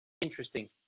interesting